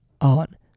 on